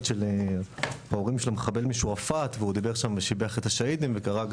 של ההורים של המחבל משועפט והוא דיבר שם ושיבח את השהידים וקרא,